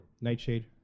Nightshade